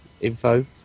info